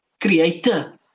creator